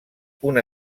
una